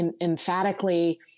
emphatically